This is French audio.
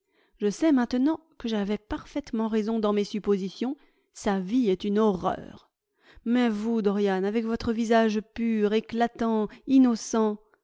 je sais maintenant que j'avais parfaitement raison dans mes suppositions sa vie est une horreur mais vous dorian avec votre visage pur éclatant innocent